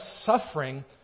suffering